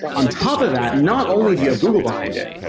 on top of that, not only do you have google behind it,